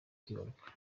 kwibaruka